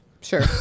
Sure